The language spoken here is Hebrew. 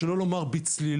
שלא לומר בצלילה.